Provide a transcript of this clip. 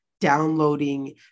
downloading